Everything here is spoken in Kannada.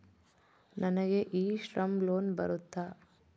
ನನಗೆ ಇ ಶ್ರಮ್ ಲೋನ್ ಬರುತ್ತಾ?